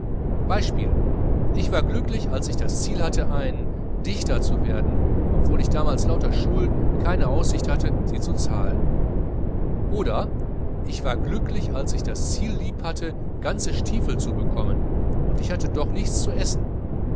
ich war glücklich als ich das ziel lieb hatte ein dichter zu werden obwohl ich damals lauter schulden und keine aussicht hatte sie zu zahlen oder ich war glücklich als ich das ziel lieb hatte ganze stiefeln zu bekommen und ich hatte doch nichts zu essen